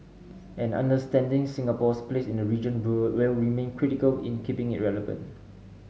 and understanding Singapore's place in the region will remain critical in keeping it relevant